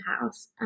house